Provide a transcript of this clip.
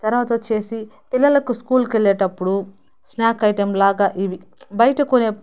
తర్వాత వచ్చేసి పిల్లలకు స్కూల్కి వెళ్ళేటప్పుడు స్నాక్ ఐటెమ్లా ఇవి బయట కొనే